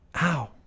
Ow